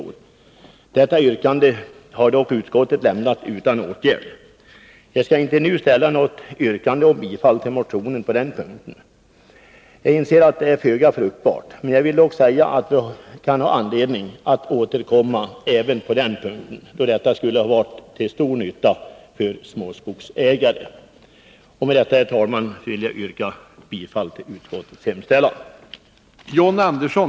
Detta yrkande har dock utskottet lämnat utan åtgärd. Jag skall inte nu ställa något yrkande om bifall till motionen på den punkten, eftersom jag inser att det är föga fruktbart. Jag vill dock säga att vi kan ha anledning att återkomma även på denna punkt, då den i motionen föreslagna ordningen skulle ha varit till stor nytta för småskogsägare. Med detta, herr talman, vill jag yrka bifall till utskottets hemställan.